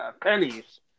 pennies